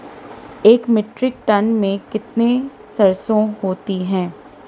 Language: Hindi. एक मीट्रिक टन में कितनी सरसों होती है?